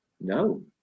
no